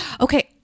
Okay